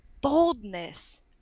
boldness